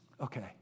Okay